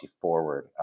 forward